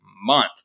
month